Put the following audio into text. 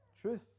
truth